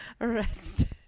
arrested